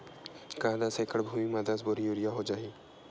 का दस एकड़ भुमि में दस बोरी यूरिया हो जाही?